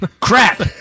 crap